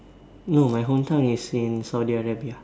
no my hometown is in Saudi-Arabia